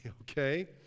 okay